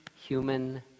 human